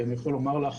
אני יכול לומר לך